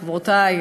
חברותי,